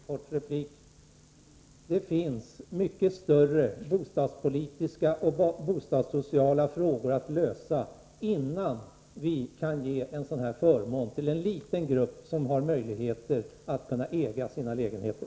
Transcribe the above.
Herr talman! Mycket kort: Det finns mycket större bostadspolitiska och bostadssociala frågor att lösa innan vi kan ge en sådan här förmån till en liten grupp som har möjligheter att äga sina lägenheter.